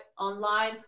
online